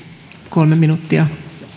kolme minuuttia